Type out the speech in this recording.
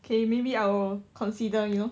okay maybe I'll consider you know